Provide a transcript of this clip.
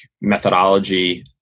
methodology